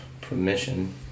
permission